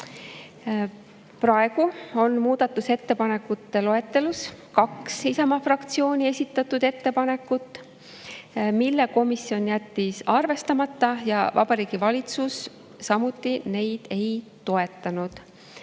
Praegu on muudatusettepanekute loetelus kaks Isamaa fraktsiooni esitatud ettepanekut, mille komisjon jättis arvestamata ja Vabariigi Valitsus samuti neid ei toetanud.